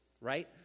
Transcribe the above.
right